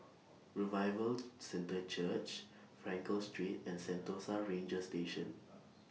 Revival Centre Church Frankel Street and Sentosa Ranger Station